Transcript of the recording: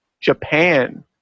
Japan